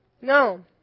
No